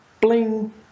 bling